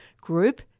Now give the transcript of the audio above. group